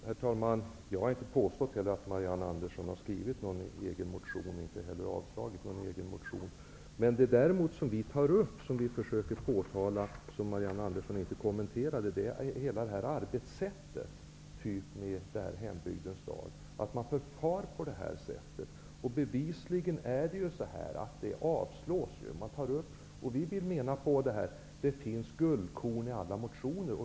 Herr talman! Jag har inte heller påstått att Marianne Andersson har skrivit egen motion, inte heller har jag sagt att hon har avstyrkt sin egen motion. Det vi försöker påtala, men som Marianne Andersson inte kommenterade, är arbetssättet i fråga om hembygdens dag, att man förfar på detta sätt. Bevisligen är det så som vi har sagt. Vi menar att det finns guldkorn i alla motioner.